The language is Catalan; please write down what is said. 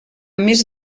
més